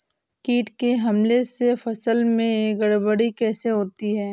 कीट के हमले से फसल में गड़बड़ी कैसे होती है?